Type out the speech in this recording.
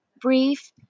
brief